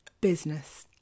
business